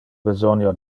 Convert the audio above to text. besonio